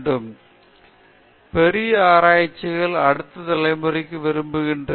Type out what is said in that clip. பேராசிரியர் பிரதாப் ஹரிதாஸ் சரி பெரிய ஆராய்ச்சியாளர்களை அடுத்த தலைமுறையைப் பெற விரும்புகிறோம்